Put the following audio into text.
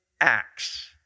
acts